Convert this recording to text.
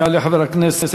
יעלה חבר הכנסת